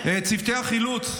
צוותי החילוץ,